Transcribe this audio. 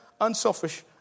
unselfish